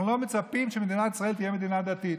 אנחנו לא מצפים שמדינת ישראל תהיה מדינה דתית.